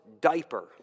diaper